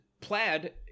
Plaid